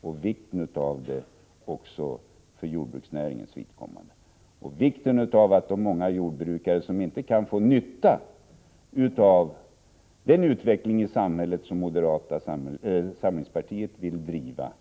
Det är viktigt också för jordbruksnäringens vidkommande, viktigt för många jordbrukare som inte är betjänta av den utveckling i samhället som moderata samlingspartiet förordar